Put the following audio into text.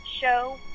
show